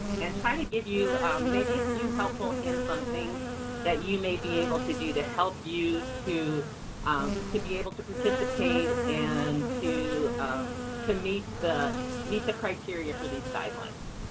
and trying to give you maybe a few helpful hints on things that you may be able to do to help you to to be able to participate and to to meet the meet the criteria for these guidelines.